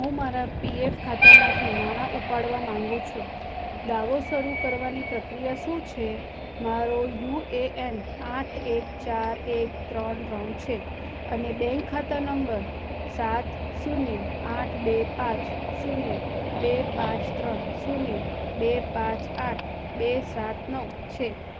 હું મારા પીએફ ખાતામાંથી નાણાં ઉપાડવા માગું છું દાવો શરૂ કરવાની પ્રક્રિયા શું છે મારો યુએએન આઠ એક ચાર એક ત્રણ ત્રણ છે અને બેન્ક ખાતા નંબર સાત શૂન્ય આઠ બે પાંચ શૂન્ય બે પાંચ ત્રણ શૂન્ય બે પાંચ આઠ બે સાત નવ છે